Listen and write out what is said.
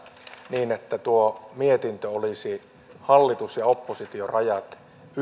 niin että mietintö olisi hallitus ja oppositiorajat